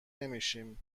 نمیشیم